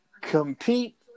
compete